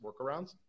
workarounds